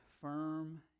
firm